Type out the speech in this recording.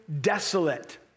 desolate